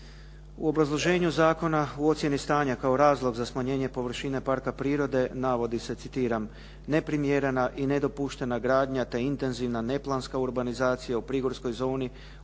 U obrazloženju zakona u ocjeni stanja kao razlog za smanjenje površina parka prirode navodi se, citiram: “neprimjerena i nedopuštena gradnja, te intenzivna neplanska urbanizacija u prigorskoj zoni uz